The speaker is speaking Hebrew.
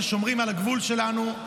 ששומרים על הגבול שלנו.